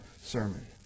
sermon